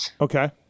Okay